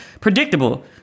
predictable